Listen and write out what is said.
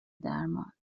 درمان